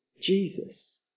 Jesus